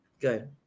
Good